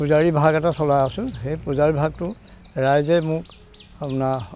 পূজাৰী ভাগ এটা চলাই আছোঁ সেই পূজাৰী ভাগটো ৰাইজে মোক আপোনাৰ